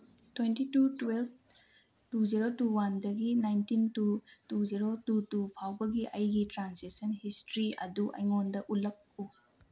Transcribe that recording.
twenty two twelve two zero two ꯋꯥꯟꯗꯒꯤ nineteen two two zero two two ꯐꯥꯎꯕꯒꯤ ꯑꯩꯒꯤ transaction history ꯑꯗꯨ ꯑꯩꯉꯣꯟꯗ ꯎꯠꯂꯛꯎ